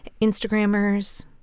Instagrammers